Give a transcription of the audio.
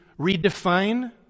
redefine